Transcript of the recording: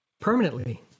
permanently